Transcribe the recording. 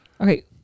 Okay